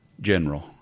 general